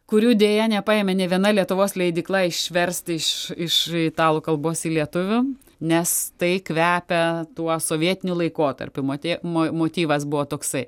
kurių deja nepaėmė nė viena lietuvos leidykla išversti iš iš italų kalbos į lietuvių nes tai kvepia tuo sovietiniu laikotarpiu matė motyvas buvo toksai